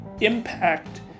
impact